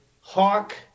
Hawk